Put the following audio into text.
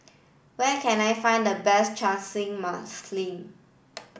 where can I find the best Chana Masala